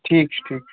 ٹھیٖک چھُ ٹھیٖک چھُ